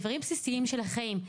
דברים בסיסיים של החיים,